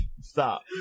Stop